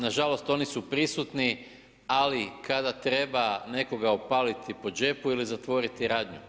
Nažalost, oni su prisutni, ali kada treba nekoga opaliti po džepu ili zatvoriti radnju.